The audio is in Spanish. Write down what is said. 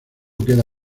queda